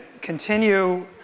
continue